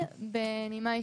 ממש משפט אחד, בנימה אישית.